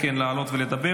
אכן, לעלות ולדבר.